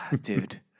Dude